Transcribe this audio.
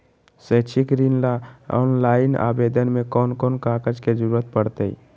शैक्षिक ऋण ला ऑनलाइन आवेदन में कौन कौन कागज के ज़रूरत पड़तई?